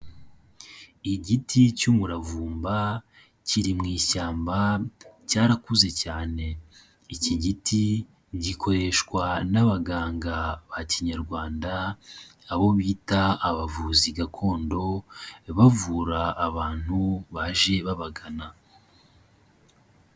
Igiti cy'umuravumba kiri mu ishyamba, cyarakuze cyane. Iki giti gikoreshwa n'abaganga ba kinyarwanda, abo bita abavuzi gakondo, bavura abantu baje babagana.